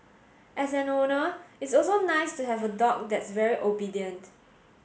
as an owner it's also nice to have a dog that's very obedient